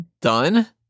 done